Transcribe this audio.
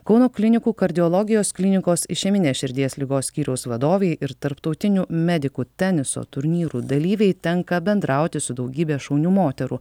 kauno klinikų kardiologijos klinikos išeminės širdies ligos skyriaus vadovei ir tarptautinių medikų teniso turnyrų dalyvei tenka bendrauti su daugybe šaunių moterų